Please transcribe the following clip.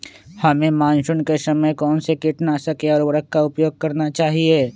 हमें मानसून के समय कौन से किटनाशक या उर्वरक का उपयोग करना चाहिए?